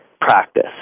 practice